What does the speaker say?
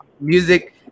music